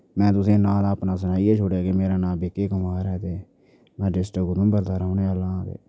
में तुसें ई नांऽ ते अपना सनाई गै छुड़ेआ कि मेरा नांऽ बिक्की कुमार ऐ ते में डिस्टिक उधमपुर दा रौह्ने आह्ला आं ते